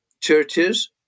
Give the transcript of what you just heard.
churches